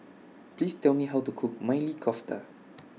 Please Tell Me How to Cook Maili Kofta